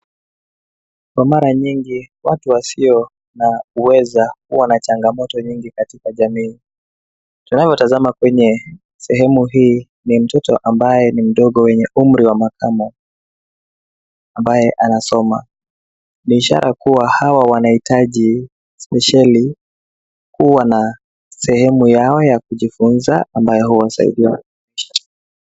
Kwa mara nyingi watu wasio na uwezo huwa na changamoto nyingi katika jamii ,tunavyotazama kwenye sehemu hii ni mtoto ambaye ni mdogo wenye umri wa makamo ambaye anasoma, Ni ishara kuwa hawa wanahitaji spesheli kuwa na sehemu yao ya kujifunza ambayo huwasaidia.